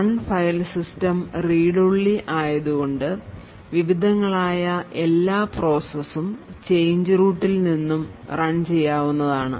run file system read only ആയതുകൊണ്ട് വിവിധങ്ങളായ എല്ലാ പ്രോസസും ചേഞ്ച് റൂട്ടിൽ നിന്നും റൺ ചെയ്യാവുന്നതാണ്